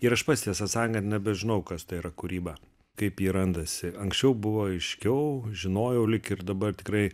ir aš pats tiesą sakant nebežinau kas tai yra kūryba kaip ji randasi anksčiau buvo aiškiau žinojau lyg ir dabar tikrai